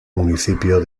municipio